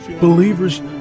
Believers